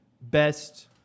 best